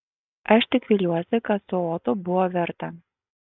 aš tik viliuosi kad su otu buvo verta